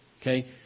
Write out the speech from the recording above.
Okay